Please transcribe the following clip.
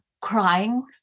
crying